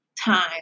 time